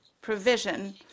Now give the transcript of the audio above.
provision